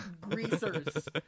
greasers